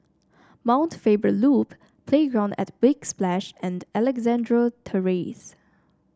Mount Faber Loop Playground at Big Splash and Alexandra Terrace